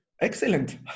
Excellent